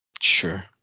Sure